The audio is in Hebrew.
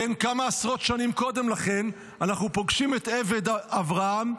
כמה עשרות שנים קודם לכן אנחנו פוגשים את עבד אברהם,